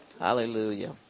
Hallelujah